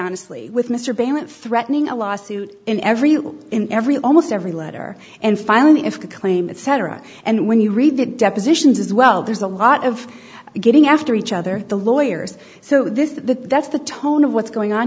honestly with mr beilin threatening a lawsuit in every in every almost every letter and finally if the claimant cetera and when you read that depositions as well there's a lot of getting after each other the lawyers so this is the that's the tone of what's going on